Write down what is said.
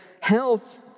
health